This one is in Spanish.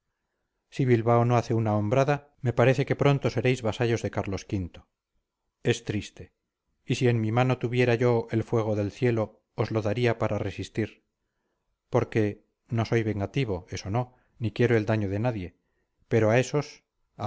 créelo si bilbao no hace una hombrada me parece que pronto seréis vasallos de carlos v es triste y si en mi mano tuviera yo el fuego del cielo os lo daría para resistir por que no soy vengativo eso no ni quiero el daño de nadie pero a esos